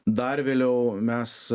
dar vėliau mes